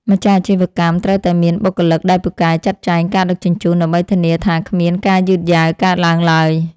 ម្ចាស់អាជីវកម្មត្រូវតែមានបុគ្គលិកដែលពូកែចាត់ចែងការដឹកជញ្ជូន ដើម្បីធានាថាគ្មានការយឺតយ៉ាវកើតឡើងឡើយ។